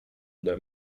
ode